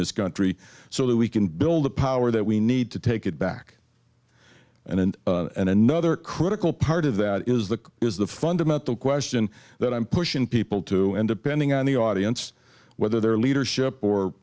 this country so that we can build the power that we need to take it back and and and another critical part of that is the is the fundamental question that i'm pushing people to and depending on the audience whether they're leadership or